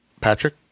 Patrick